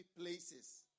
places